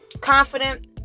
Confident